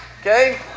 okay